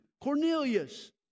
Cornelius